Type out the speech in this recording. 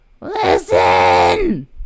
Listen